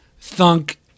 thunk